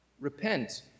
Repent